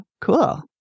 Cool